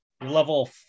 Level